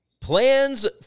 Plans